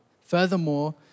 Furthermore